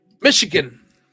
michigan